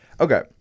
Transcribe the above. Okay